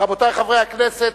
רבותי חברי הכנסת,